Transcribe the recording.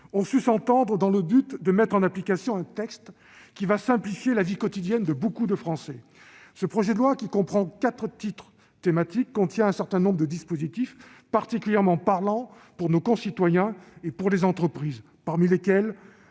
ont su s'entendre dans le but d'adopter un texte qui simplifiera la vie quotidienne de nombreux Français. Ce projet de loi, qui comprend quatre titres thématiques, contient un certain nombre de dispositifs particulièrement parlants pour nos concitoyens et pour les entreprises, parmi lesquels